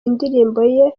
indirimbo